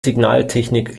signaltechnik